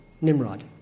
Nimrod